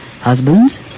husbands